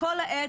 כל העת,